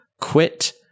quit